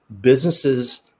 businesses